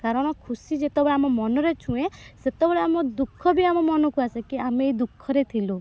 କାରଣ ଖୁସି ଯେତେବେଳେ ଆମ ମନରେ ଛୁଏଁ ସେତେବେଳେ ଆମ ଦୁଃଖ ବି ଆମ ମନକୁ ଆସେ କି ଆମେ ଏ ଦୁଃଖରେ ଥିଲୁ